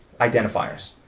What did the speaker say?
identifiers